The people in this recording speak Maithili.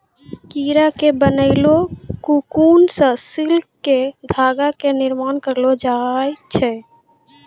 कीड़ा के बनैलो ककून सॅ सिल्क के धागा के निर्माण करलो जाय छै